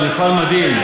זה מפעל מדהים.